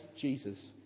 Jesus